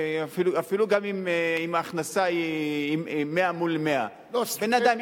אפילו גם אם ההכנסה היא 100 מול 100. בן-אדם,